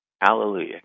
hallelujah